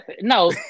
No